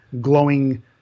glowing